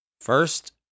First